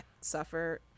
suffer